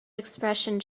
expression